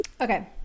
Okay